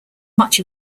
much